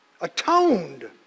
Atoned